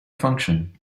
function